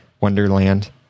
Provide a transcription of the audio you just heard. Wonderland